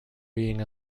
being